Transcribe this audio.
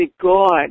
God